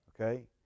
Okay